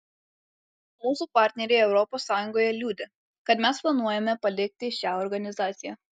mūsų partneriai europos sąjungoje liūdi kad mes planuojame palikti šią organizaciją